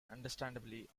understandably